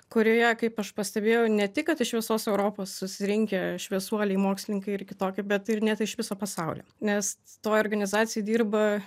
kurioje kaip aš pastebėjau ne tik kad iš visos europos susirinkę šviesuoliai mokslininkai ir kitokie bet ir net iš viso pasaulio nes toj organizacijoj dirba